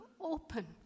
open